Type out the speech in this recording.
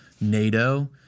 NATO